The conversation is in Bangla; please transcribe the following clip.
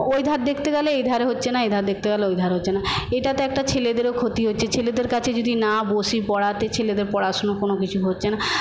ওই ধার দেখতে গেলে এইধারে হচ্ছে না এইধার দেখতে গেলে ওই ধার হচ্ছে না এটাতে একটা ছেলেদেরও ক্ষতি হচ্ছে ছেলেদের কাছে যদি না বসি পড়াতে ছেলেদের পড়াশোনা কোন কিছু হচ্ছে না